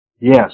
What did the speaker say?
Yes